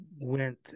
went